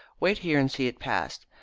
wait here and see it pass.